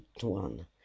one